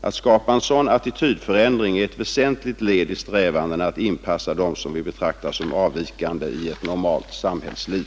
Att skapa en sådan attitydförändring är ett väsentligt led i strävandena att inpassa dem som vi betraktar som avvikande i ett normalt samhällsliv.